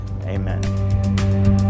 amen